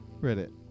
Reddit